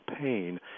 pain